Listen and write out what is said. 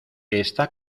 está